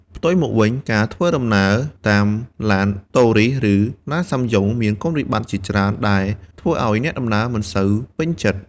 ផ្ទុយមកវិញការធ្វើដំណើរតាមឡានតូរីសឬឡានសាំយ៉ុងមានគុណវិបត្តិជាច្រើនដែលធ្វើឱ្យអ្នកដំណើរមិនសូវពេញចិត្ត។